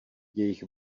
jejich